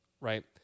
right